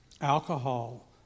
alcohol